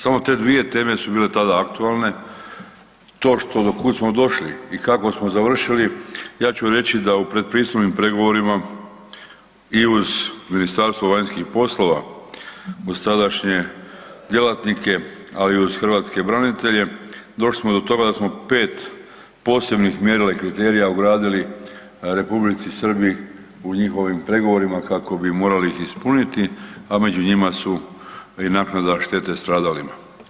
Samo te dvije teme su bile tada aktualne, to što do kud smo došli i kako smo završili ja ću reći da u predpristupnim pregovorima i uz MVEP uz sadašnje djelatnike, ali i uz hrvatske branitelje došli smo do toga da smo pet posebnih mjerila i kriterija ugradili Republici Srbiji u njihovim pregovorima kako bi morali ih ispuniti, a među njima su i naknade štete stradalima.